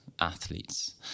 athletes